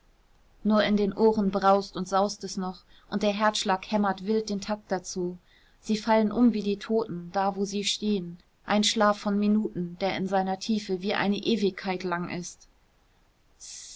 nur in den ohren braust und saust es noch und der herzschlag hämmert wild den takt dazu sie fallen um wie die toten da wo sie stehen ein schlaf von minuten der in seiner tiefe wie eine ewigkeit lang ist